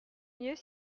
mieux